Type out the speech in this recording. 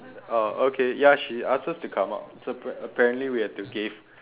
uh okay ya she ask us to come out so apparently apparently we had to gave